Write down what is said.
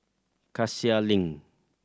Cassia Link